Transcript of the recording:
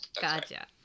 gotcha